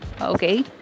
okay